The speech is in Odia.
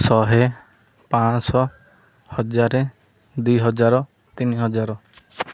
ଶହେ ପାଞ୍ଚ ଶହ ହଜାରେ ଦୁଇ ହଜାର ତିନି ହଜାର